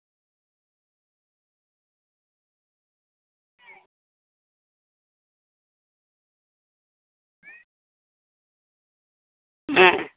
ᱦᱮᱸ